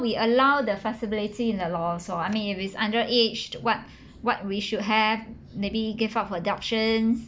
we allow the flexibility in the law so I mean if it's under aged what what we should have maybe give up for adoption